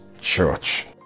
church